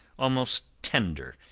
almost tender,